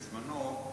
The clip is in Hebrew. בזמנו,